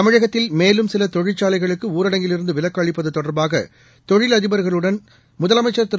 தமிழகத்தில் மேலும் சில தொழிற்சாலைகளுக்கு ஊரடங்கில் இருந்து விலக்கு அளிப்பது தொடர்பாக தொழில் அதிபர்களுடன் முதலமைச்சர் திரு